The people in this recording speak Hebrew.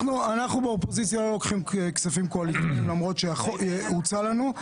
באופוזיציה לא לוקחים כספים קואליציוניים למרות שהוצע לנו,